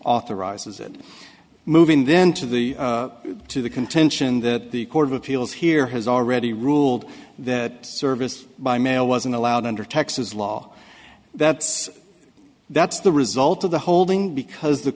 authorizes it moving then to the to the contention that the court of appeals here has already ruled that service by mail wasn't allowed under texas law that's that's the result of the holding because the